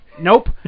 Nope